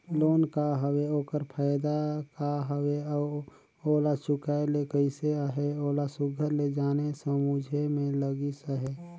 loan का हवे ओकर फएदा का हवे अउ ओला चुकाए ले कइसे अहे ओला सुग्घर ले जाने समुझे में लगिस अहे